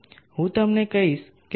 હું તમને કહીશ કે શા માટે